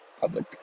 public